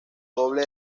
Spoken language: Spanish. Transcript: doble